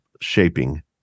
shaping